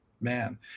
Man